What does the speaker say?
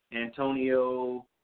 Antonio